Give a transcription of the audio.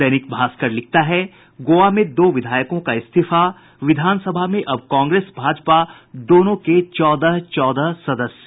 दैनिक भास्कर लिखता है गोवा में दो विधायकों का इस्तीफा विधानसभा में अब कांग्रेस भाजपा दोनों के चौदह चौदह सदस्य